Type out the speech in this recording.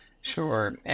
Sure